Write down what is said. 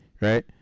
right